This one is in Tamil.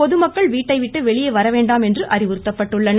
பொதுமக்கள் வீட்டை விட்டு வெளியே வரவேண்டாம் என்று அறிவுறுத்தப்பட்டுள்ளனர்